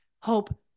hope